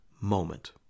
moment